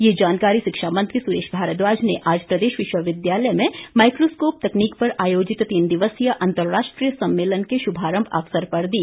ये जानकारी शिक्षा मंत्री सुरेश भारद्वाज ने आज प्रदेश विश्वविद्यालय में माइक्रोस्कोप तकनीक पर आयोजित तीन दिवसीय अंतर्राष्ट्रीय सम्मेलन के शुभारंभ अवसर पर दी